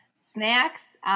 Snacks